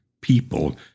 people